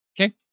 Okay